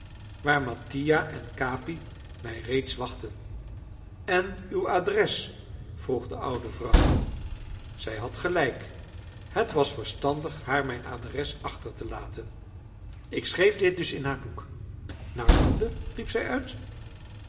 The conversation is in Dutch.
waar mattia en capi mij reeds wachtten en uw adres vroeg de oude vrouw zij had gelijk het was verstandig haar mijn adres achter te laten ik schreef dit dus in haar boek naar londen riep zij uit